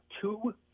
two